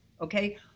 Okay